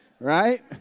right